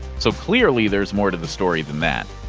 so clearly, there's more to the story than that.